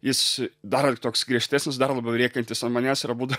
jis dar toks griežtesnis dar labiau rėkiantis an manęs ir abudu